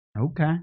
Okay